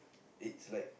it's like